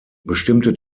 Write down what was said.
bestimmte